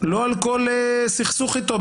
לא על כל סכסוך איתו,